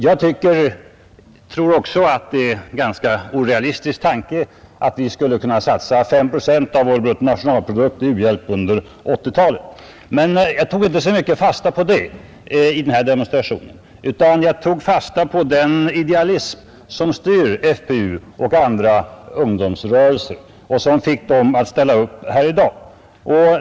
Jag tror också att det är en ganska orealistisk tanke att vi skall kunna satsa 5 procent av vår bruttonationalprodukt i u-hjälp under 1980-talet. Men jag tog inte fasta på det så mycket i denna demonstration, utan jag tog fasta på den idealism som styr FPU och andra ungdomsrörelser och som fick dem att ställa upp här i dag.